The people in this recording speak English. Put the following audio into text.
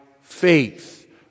faith